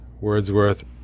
Wordsworth